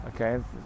okay